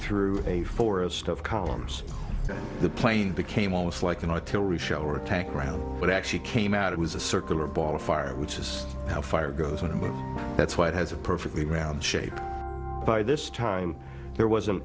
through a forest of columns the plane became almost like an artillery shell or a tank round but actually came out it was a circular ball of fire which is now fire goes with it that's why it has a perfectly round shape by this time there was an